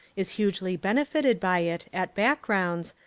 is hugely benefited by it at back-rounds,